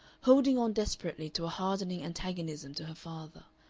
holding on desperately to a hardening antagonism to her father,